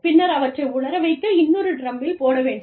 பின்னர் அவற்றை உலர வைக்க இன்னொரு டிரமில் போட வேண்டும்